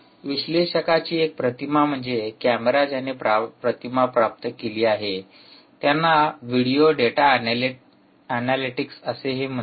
विश्लेषकांची एक प्रतिमा म्हणजे कॅमेरा ज्याने प्रतिमा प्राप्त केली आहे त्यांना व्हिडिओ डेटा एनालिटिक्स असे म्हणतात